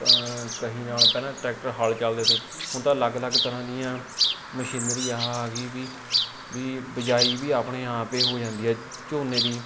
ਕ ਕਹੀ ਨਾਲ ਪਹਿਲਾਂ ਟਰੈਕਟਰ ਹਲ ਚੱਲਦੇ ਤੇ ਹੁਣ ਤਾਂ ਅਲੱਗ ਅਲੱਗ ਤਰ੍ਹਾਂ ਦੀਆਂ ਮਸ਼ੀਨਰੀ ਆਹ ਆ ਗਈ ਵੀ ਬਿਜਾਈ ਵੀ ਆਪਣੇ ਆਪ ਏ ਹੋ ਜਾਂਦੀ ਹੈ ਝੋਨੇ ਦੀ